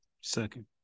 second